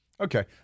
Okay